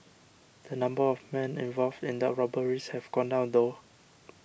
the number of men involved in the robberies have gone down though